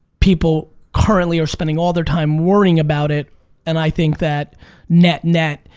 people currently are spending all their time worrying about it and i think that net, net,